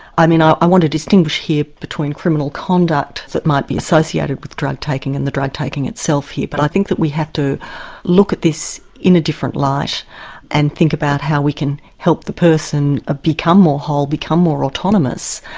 i mean, i i want to distinguish here between criminal conduct that might be associated with drug taking and the drug taking itself here, but i think that we have to look at this in a different light and think about how we can help the person become more whole, become more autonomous.